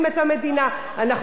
אנחנו משלמים מסים,